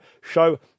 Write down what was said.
show